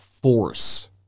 force